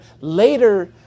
later